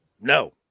no